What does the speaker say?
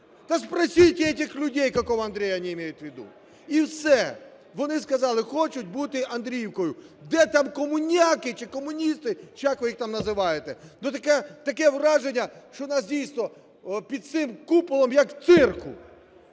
Та спросите этих людей, какого Андрея они имеют в виду. І все. Вони сказали, хочуть бути Андріївкою. Де там комуняки чи комуністи, чи як ви їх там називаєте? Таке враження, що у нас дійсно під цим куполом, як в цирку.